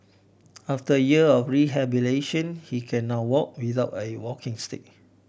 after year of rehabilitation he can now walk without a walking stick